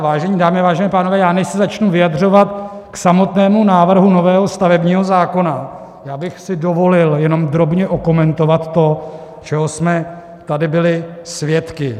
Vážené dámy, vážení pánové, než se začnu vyjadřovat k samotnému návrhu nového stavebního zákona, tak bych si dovolil jenom drobně okomentovat to, čeho jsme tady byli svědky.